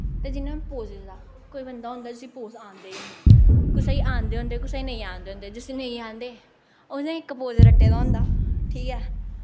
ते जियां पोज़ दा कोई बंदा होंदा जिसी पोज़ आंदे ऐ कुसै गी आंदे होंदे कुसै गी नेईं आंदे होंदे जिसी नेईं आंदे उसनै इक पोज़ रट्टे दा होंदा ठीक ऐ